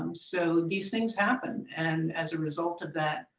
um so these things happen, and as a result of that,